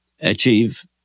achieve